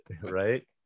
right